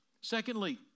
Secondly